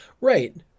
right